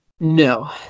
No